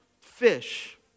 fish